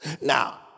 Now